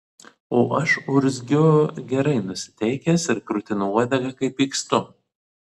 o aš urzgiu gerai nusiteikęs ir krutinu uodegą kai pykstu